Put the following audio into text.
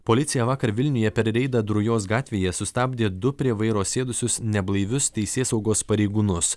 policija vakar vilniuje per reidą drujos gatvėje sustabdė du prie vairo sėdusius neblaivius teisėsaugos pareigūnus